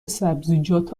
سبزیجات